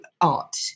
art